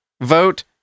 vote